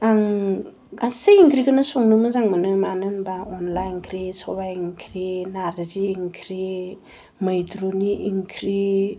आं गासै ओंख्रिखौनो संनो मोजां मोनो मानो मानो होनबा अनला ओंख्रि सबाय ओंख्रि नारजि ओंख्रि मैद्रुनि इंख्रि